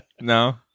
No